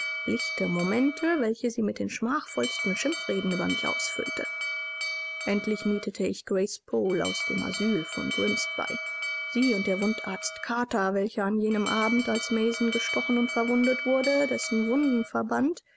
lichte momente welche sie mit den schmachvollsten schimpfreden über mich ausfüllte endlich mietete ich grace poole aus dem asyl von grimsby sie und der wundarzt carter welcher an jenem abend als mason gestochen und verwundet wurde dessen wunden